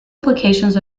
applications